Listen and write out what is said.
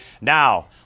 Now